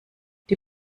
die